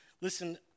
listen